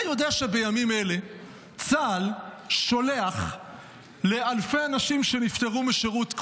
אתה יודע שבימים אלה צה"ל שולח לאלפי אנשים שנפטרו משירות,